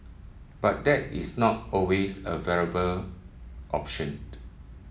but that is not always a viable optioned